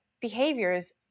behaviors